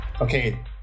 Okay